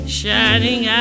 shining